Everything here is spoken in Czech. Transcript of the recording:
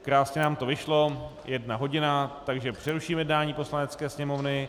Krásně nám to vyšlo, jedna hodina, takže přeruším jednání Poslanecké sněmovny.